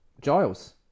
Giles